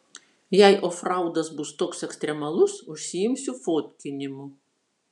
jei ofraudas bus koks ekstremalus užsiimsiu fotkinimu